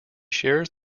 shares